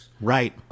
Right